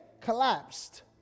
collapsed